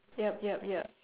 yup yup yup